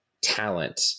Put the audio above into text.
talent